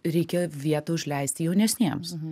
reikia vietą užleisti jaunesniems